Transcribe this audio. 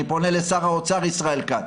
אני פונה לשר האוצר ישראל כץ,